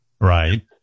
Right